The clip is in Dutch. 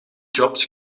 jobs